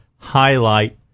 highlight